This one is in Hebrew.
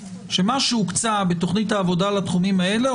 שמה שהוקצה בתוכנית העבודה לתחומים האלה,